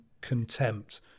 contempt